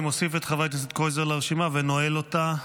אני מוסיף את חבר הכנסת קרויזר לרשימה ונועל אותה.